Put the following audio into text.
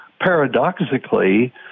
paradoxically